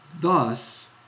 Thus